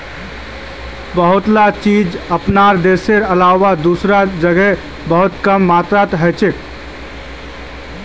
बहुतला चीज अपनार देशेर अलावा दूसरा जगह बहुत कम मात्रात हछेक